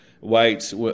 whites